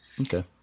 Okay